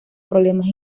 problemas